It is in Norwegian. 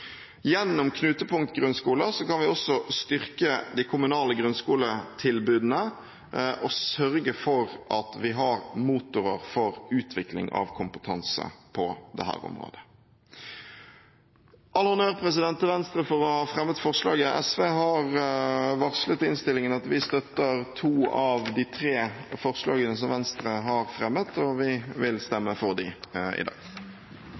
Gjennom knutepunkt-grunnskoler kan vi også styrke de kommunale grunnskoletilbudene og sørge for at vi har motorer for utvikling av kompetanse på dette området. All honnør til Venstre for å ha fremmet representantforslaget. SV har varslet i innstillingen at vi støtter to av de tre forslagene som Venstre har fremmet, og vi vil stemme for dem i dag.